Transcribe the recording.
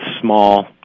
small